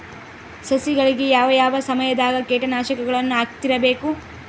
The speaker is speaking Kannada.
ಸಸಿಗಳಿಗೆ ಯಾವ ಯಾವ ಸಮಯದಾಗ ಕೇಟನಾಶಕಗಳನ್ನು ಹಾಕ್ತಿರಬೇಕು?